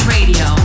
Radio